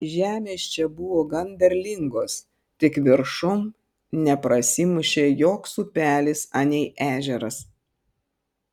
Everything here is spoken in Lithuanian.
žemės čia buvo gan derlingos tik viršun neprasimušė joks upelis anei ežeras